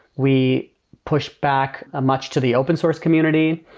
we push back much to the open source community.